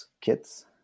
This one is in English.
kits